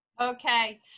Okay